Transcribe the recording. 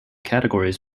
categories